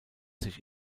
sich